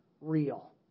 real